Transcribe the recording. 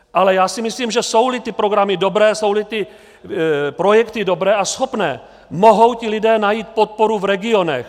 Ale já si myslím, že jsouli ty programy dobré, jsouli ty projekty dobré a schopné, mohou ti lidé najít podporu v regionech.